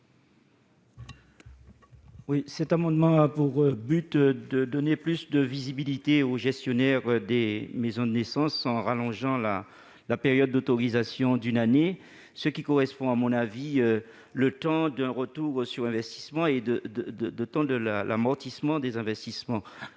Cet amendement vise à donner plus de visibilité aux gestionnaires des maisons de naissances, en allongeant la période d'autorisation d'une année, ce qui correspond à mon avis au temps d'un retour sur investissement et de l'amortissement des investissements.